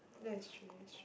that is true that's true